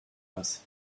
bass